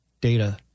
data